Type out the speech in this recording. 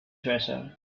treasure